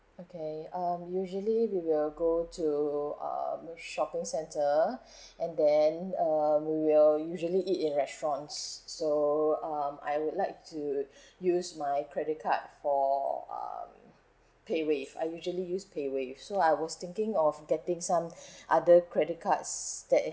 okay um usually we will go to um shopping center and then uh we will usually eat at restaurant so um I would like to use my credit card for um paywave I usually use paywave so I was thinking of getting some other credit cards that